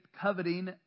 coveting